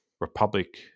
Republic